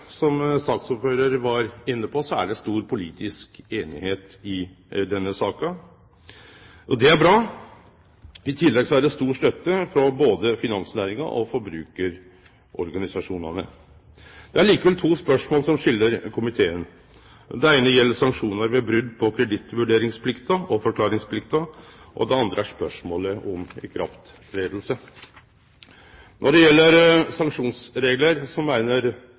Som saksordføraren var inne på, er det stor politisk einigheit i denne saka. Det er bra. I tillegg er det stor støtte frå både finansnæringa og forbrukarorganisasjonane. Det er likevel to spørsmål som skil komiteen. Det eine gjeld sanksjonar ved brot på kredittvurderingsplikta og forklaringsplikta, og det andre er spørsmålet om når denne lova tek til å gjelde. Når det gjeld sanksjonsreglar, meiner